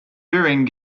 during